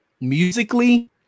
musically